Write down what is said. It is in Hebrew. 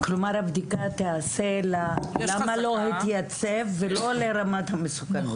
כלומר הבדיקה תיעשה ללמה לא התייצב ולא לרמת המסוכנות,